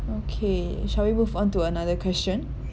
okay shall we move on to another question